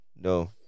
No